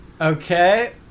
Okay